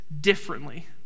differently